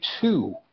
two